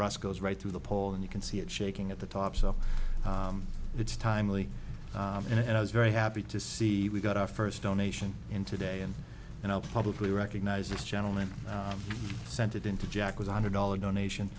rust goes right through the pole and you can see it shaking at the top so it's timely and i was very happy to see we got our first donation in today and then i'll probably recognize this gentleman sent it into jack with a hundred dollar donation